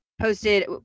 posted